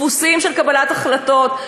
דפוסים של קבלת החלטות,